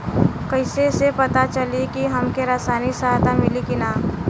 कइसे से पता चली की हमके सामाजिक सहायता मिली की ना?